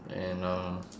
and um